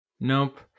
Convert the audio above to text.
nope